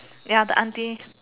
ya the auntie